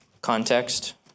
context